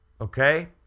Okay